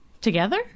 together